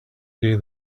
day